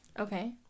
Okay